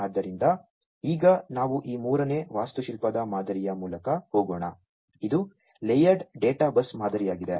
ಆದ್ದರಿಂದ ಈಗ ನಾವು ಈ ಮೂರನೇ ವಾಸ್ತುಶಿಲ್ಪದ ಮಾದರಿಯ ಮೂಲಕ ಹೋಗೋಣ ಇದು ಲೇಯರ್ಡ್ ಡೇಟಾಬಸ್ ಮಾದರಿಯಾಗಿದೆ